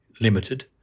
limited